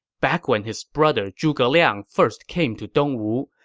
back when his brother zhuge liang first came to dongwu,